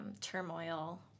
turmoil